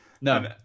no